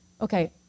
okay